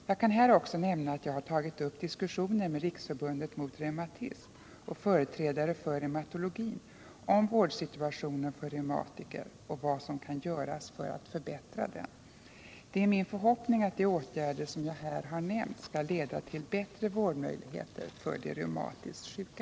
Jag kan här också nämna att jag har tagit upp diskussioner med Riksförbundet mot reumatism och företrädare för reumatologin om vårdsituationen för reumatiker och vad som kan göras för att förbättra den. Det är min förhoppning att de åtgärder som jag här har nämnt skall leda till bättre vårdmöjligheter för de reumatiskt sjuka.